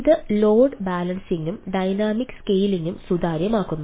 ഇത് ലോഡ് ബാലൻസിംഗും ഡൈനാമിക് സ്കെയിലിംഗും സുതാര്യമാക്കുന്നു